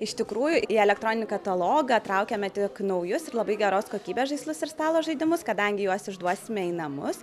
iš tikrųjų į elektroninį katalogą traukiame tik naujus ir labai geros kokybės žaislus ir stalo žaidimus kadangi juos išduosime į namus